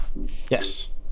Yes